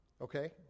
Okay